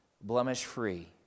blemish-free